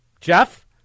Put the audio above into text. Jeff